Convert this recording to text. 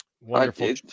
Wonderful